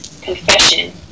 confession